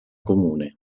comune